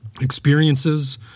experiences